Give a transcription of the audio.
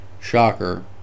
shocker